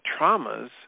traumas